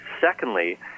secondly